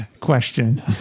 question